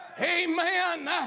Amen